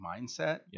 mindset